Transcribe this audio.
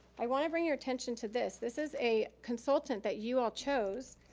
i wanna bring your attention to this. this is a consultant that you all chose,